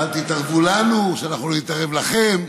אל תתערבו לנו, שאנחנו לא נתערב לכם.